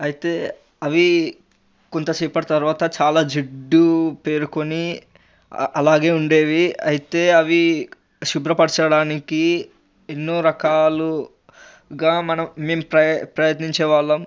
అయితే అవీ కొంతసేపటి తర్వాత చాలా జిడ్డు పేరుకొని అలాగే ఉండేవి అయితే అవీ శుభ్రపరచడానికి ఎన్నో రకాలుగా మనం మేం ప్రయ ప్రయత్నించేవాళ్ళం